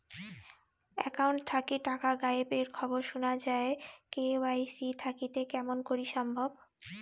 Account থাকি টাকা গায়েব এর খবর সুনা যায় কে.ওয়াই.সি থাকিতে কেমন করি সম্ভব?